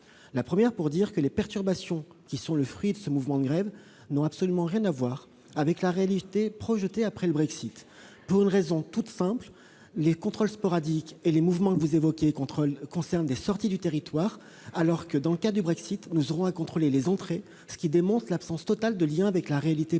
Premièrement, les perturbations qui sont le fruit de ce mouvement de grève n'ont absolument rien à voir avec la réalité projetée du fait du Brexit, pour une raison toute simple : les contrôles sporadiques et les mouvements que vous évoquez concernent des sorties du territoire, alors que, dans le cadre du Brexit, nous aurons à contrôler les entrées. Deuxièmement, le Premier ministre a demandé à